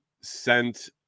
sent